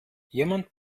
jemand